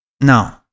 No